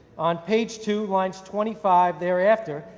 on page two, lines twenty five thereafter,